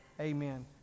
Amen